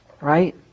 right